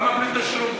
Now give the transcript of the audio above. למה בלי תשלום?